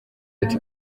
ati